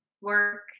work